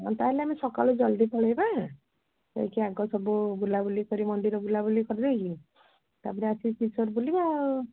ତା'ହେଲେ ଆମେ ସକାଳୁ ଜଲ୍ଦି ପଳାଇବା ଯାଇକି ଆଗ ସବୁ ବୁଲାବୁଲି କରି ମନ୍ଦିର ବୁଲାବୁଲି କରି ଦେଇକି ତା'ପରେ ଆସିକି ବୁଲିବା ଆଉ